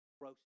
gross